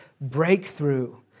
breakthrough